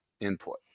input